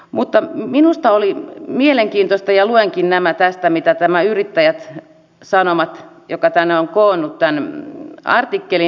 mutta minusta oli mielenkiintoista ja luenkin nämä tästä mitä nämä yrittäjät sanovat jotka tänne ovat koonneet tämän artikkelin